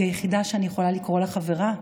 היא היחידה שאני יכולה לקרוא לה חברה,